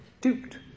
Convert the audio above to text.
duped